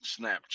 Snapchat